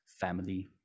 family